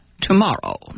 tomorrow